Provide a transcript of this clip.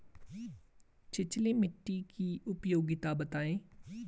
छिछली मिट्टी की उपयोगिता बतायें?